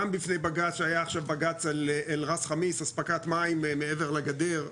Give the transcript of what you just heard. גם לבני בג"ץ שהיה עכשיו בג"ץ על ראס ח'מיס אספקת מים מעבר לגדר,